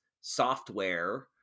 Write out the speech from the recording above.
software